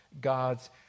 God's